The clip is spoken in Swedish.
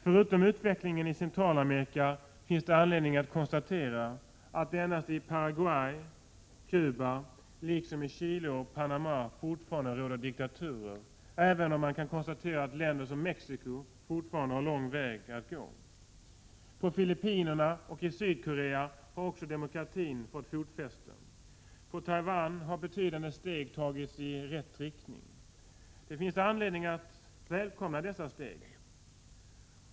Förutom utvecklingen i Centralamerika finns det anledning att konstatera att det endast i Paraguay, Cuba, Chile och Panama fortfarande råder diktaturer, även om man kan konstatera att länder som Mexico fortfarande har lång väg att gå. På Filippinerna och i Sydkorea har demokratin fått fotfäste. På Taiwan har också betydande steg tagits i rätt riktning. Det finns anledning att välkomna dessa steg.